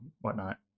whatnot